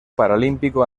paralímpico